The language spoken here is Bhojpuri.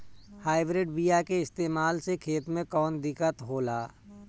हाइब्रिड बीया के इस्तेमाल से खेत में कौन दिकत होलाऽ?